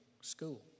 school